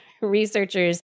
Researchers